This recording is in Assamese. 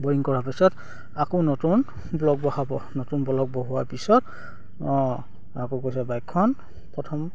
বৰিং কৰাৰ পিছত আকৌ নতুন ব্লগ বহাব নতুন ব্লগ বহোৱাৰ পিছত অঁ আকৌ কৈছে বাইকখন প্ৰথম